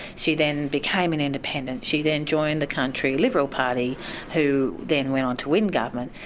she then became an independent, she then joined the country liberal party who then went on to win government.